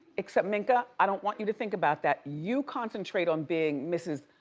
except minka, i don't want you to think about that. you concentrate on being mrs.